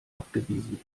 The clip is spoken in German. abgewiesen